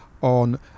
on